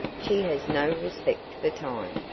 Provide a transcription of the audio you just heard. she has no respect for time,